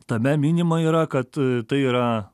tame minima yra kad tai yra